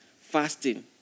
fasting